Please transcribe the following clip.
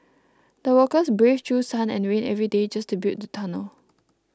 the workers braved through sun and rain every day just to build the tunnel